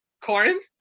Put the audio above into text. Corinth